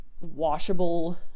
washable